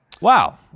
Wow